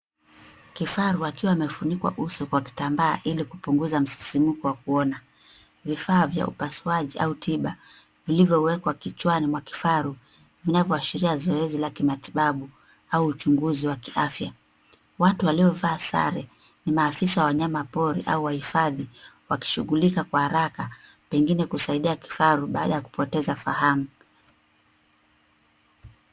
Kifaru akiwa amefunikwa uso kwa kitambaa ili kupunguza msisimko wa kuona. Vifaa vya upasuaji au tiba vilivyowekwa kichwani mwa kifaru vinavyoashiria zoezi la kimatibabu au uchunguzi wa kiafya. Watu waliovaa sare ni maafisa wa wanyama pori au wahifadhi wakishughulika kwa haraka pengine kusaidia kifaru baada ya kupoteza fahamu.